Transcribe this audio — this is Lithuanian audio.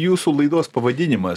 jūsų laidos pavadinimas